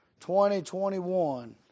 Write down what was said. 2021